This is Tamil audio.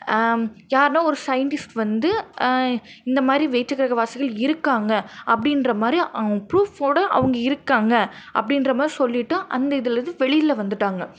யாருன்னால் ஒரு சையிண்ட்டிஸ்ட் வந்து இந்த மாதிரி வேற்றுகிரகவாசிகள் இருக்காங்கள் அப்படின்ற மாதிரி அவங்க ப்ரூஃப்வோட அவங்க இருக்காங்கள் அப்படின்ற மாரி சொல்லிட்டு அந்த இதுலேருந்து வெளியில் வந்துட்டாங்கள்